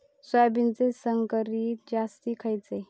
सोयाबीनचे संकरित जाती खयले?